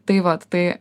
tai vat tai